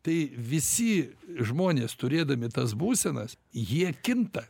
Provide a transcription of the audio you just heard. tai visi žmonės turėdami tas būsenas jie kinta